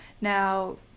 Now